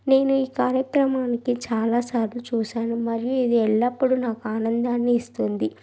నేను ఈ కార్యక్రమానికి చాలా సార్లు చూసాను మరియు ఇది ఎల్లప్పుడు నాకు ఆనందాన్ని ఇస్తుంది